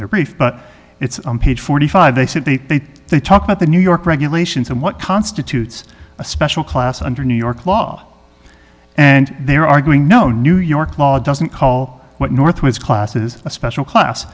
brief but it's on page forty five they said they they talk about the new york regulations and what constitutes a special class under new york law and they're arguing no new york law doesn't call what north was classes a special class